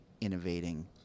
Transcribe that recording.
innovating